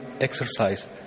exercise